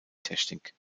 technik